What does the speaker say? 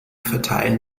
verteilen